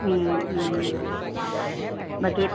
বাকী